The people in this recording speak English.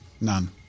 None